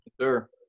sure